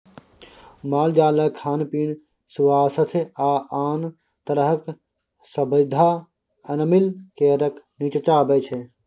मालजालक खान पीन, स्वास्थ्य आ आन तरहक सुबिधा एनिमल केयरक नीच्चाँ अबै छै